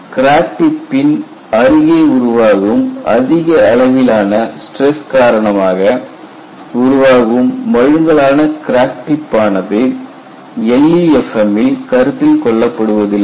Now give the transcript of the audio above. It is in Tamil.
கிராக் டிப்பின் அருகே உருவாகும் அதிக அளவிலான ஸ்டிரஸ் காரணமாக உருவாகும் மழுங்கலான கிராக் டிப் ஆனது LEFM ல் கருத்தில் கொள்ளப்படுவதில்லை